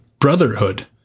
brotherhood